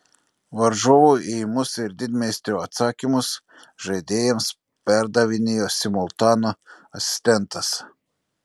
varžovų ėjimus ir didmeistrio atsakymus žaidėjams perdavinėjo simultano asistentas